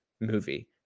movie